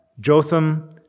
Jotham